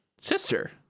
Sister